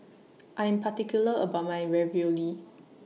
I Am particular about My Ravioli